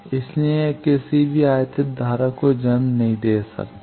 इसलिए यह किसी भी आयातित धारा को जन्म नहीं दे सकता है